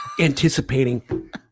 anticipating